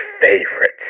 favorite